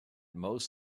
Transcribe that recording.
most